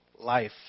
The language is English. life